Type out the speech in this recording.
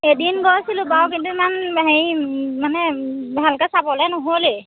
এদিন গৈছিলোঁ বাৰু কিন্তু ইমান হেৰি মানে ভালকৈ চাবলৈ নহ'লেই